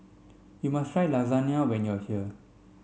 you must try Lasagna when you are here